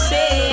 Say